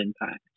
impact